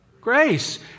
grace